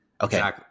Okay